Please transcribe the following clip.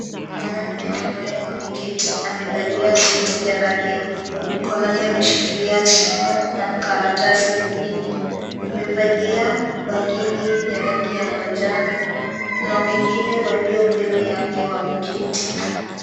Mwanaume ambaye ameketi amevalia suti ya rangi ya buluu. Mkononi ameshikilia simu na karatasi nyingine. Amevalia bangili ya rangi ya manjano na wengine walio mbele yake wameketi.